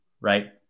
right